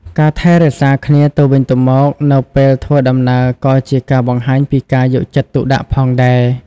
ការថែរក្សាគ្នាទៅវិញទៅមកនៅពេលធ្វើដំណើរក៏ជាការបង្ហាញពីការយកចិត្តទុកដាក់ផងដែរ។